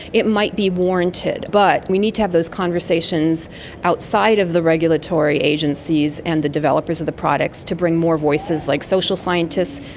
it might be warranted. but we need to have those conversations outside of the regulatory agencies and the developers of the products to bring more voices like social scientists,